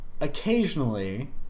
Occasionally